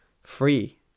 free